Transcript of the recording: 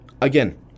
Again